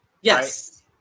Yes